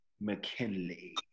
McKinley